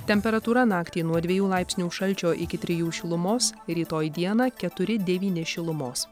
temperatūra naktį nuo dviejų laipsnių šalčio iki trijų šilumos rytoj dieną keturi devyni šilumos